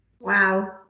Wow